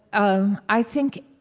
um i think,